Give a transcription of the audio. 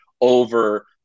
over